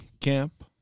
camp